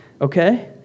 Okay